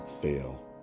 fail